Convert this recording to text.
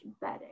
better